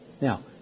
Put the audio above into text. Now